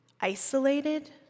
isolated